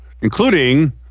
including